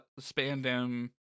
Spandam